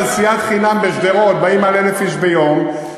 בנסיעה חינם בשדרות באים מעל 1,000 איש ביום,